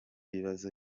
ibibazo